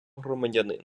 громадянина